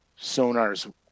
sonars